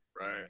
right